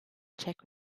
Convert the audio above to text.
czech